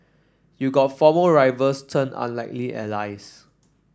you've got former rivals turned unlikely allies